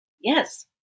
Yes